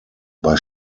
bei